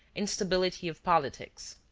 instability of politics.